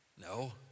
No